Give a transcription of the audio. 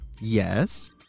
Yes